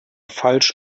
falsch